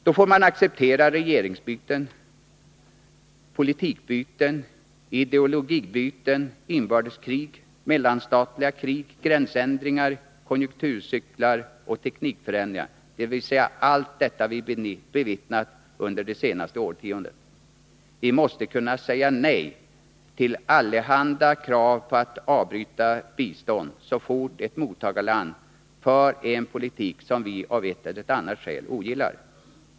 Då får man lov att acceptera regeringsbyten, politikbyten, ideologibyten, inbördeskrig, mellanstatliga krig, gränsändringar, konjunkturcykler och teknikförändringar — dvs. allt detta vi bevittnat under det senaste årtiondet. Vi måste kunna säga nej till allehanda krav på att avbryta bistånd så fort ett mottagarland för en politik som vi av ett eller annat skäl ogillar.